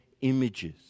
images